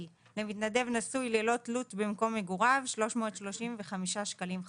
למתנדב נשוי ללא תלות במקום מגוריו - 335 שקלים חדשים,